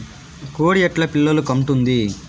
కోడి ఎట్లా పిల్లలు కంటుంది?